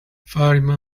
fatima